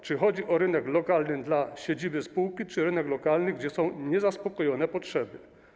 Czy chodzi o rynek lokalny dla siedziby spółki, czy rynek lokalny, gdzie są niezaspokojone potrzeby?